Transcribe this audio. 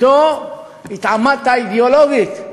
אתו התעמתָּ אידיאולוגית,